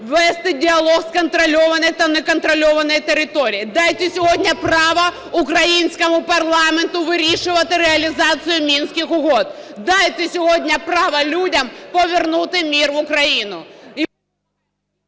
вести діалог з контрольованою та неконтрольованою територією. Дайте сьогодні право українському парламенту вирішувати реалізацію Мінських угод! Дайте сьогодні право людям повернути мир в Україну!